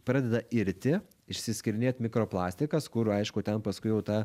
pradeda irti išsiskyrinėt mikroplastikas kur aišku ten paskui jau ta